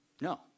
no